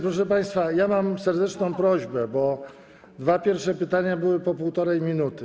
Proszę państwa, ja mam serdeczną prośbę, bo dwa pierwsze pytania były po półtorej minuty.